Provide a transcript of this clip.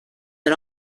but